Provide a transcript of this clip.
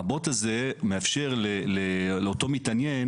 הבוט הזה מאפשר לאותו מתעניין